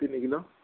তিনি কিলো